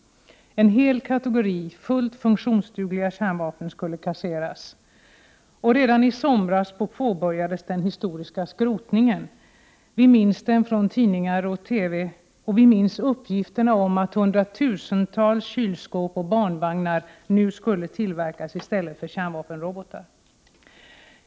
En hel kategori fullt funktionsdugliga kärnvapen skulle kasseras. Redan i somras påbörjades den historiska skrotningen. Vi minns den från tidningar och TV, och vi minns uppgifterna att hundratusentals kylskåp och barnvagnar nu skulle tillverkas i stället för kärnvapenrobotar.